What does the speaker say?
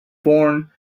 bourne